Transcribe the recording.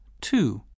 two